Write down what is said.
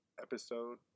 episode